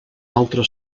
altre